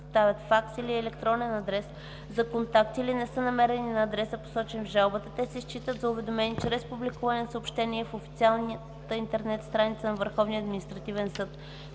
Върховния Административен съд”.